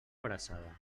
abraçada